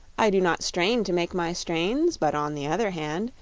i do not strain to make my strains but, on the other hand,